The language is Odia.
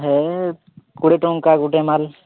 ହଉ କୋଡ଼ିଏ ଟଙ୍କା ଗୁଟେ ମାଳ